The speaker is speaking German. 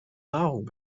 nahrung